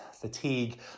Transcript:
fatigue